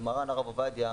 ומר"ן הרב עובדיה,